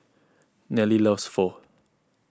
Nelly loves Pho